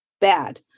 bad